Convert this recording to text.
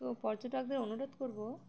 তো পর্যটকদের অনুরোধ করবো